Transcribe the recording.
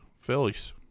Phillies